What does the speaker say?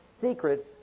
secrets